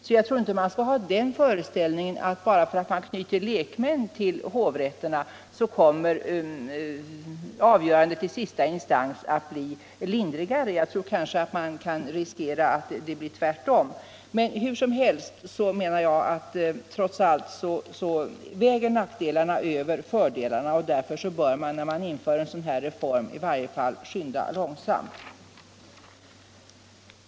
Jag tror alltså inte att man skall ha den föreställningen att bara för att man knyter lekmän till hovrätterna, kommer avgörandet i sista instans att bli mildare. Jag tror kanske att man kan riskera att det blir tvärtom. Men hur det än förhåller sig med det menar jag att nackdelarna trots allt ändå väger över fördelarna. Därför bör man när man genomför en sådan här reform skynda långsamt.